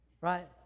right